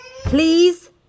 Please